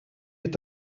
est